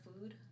food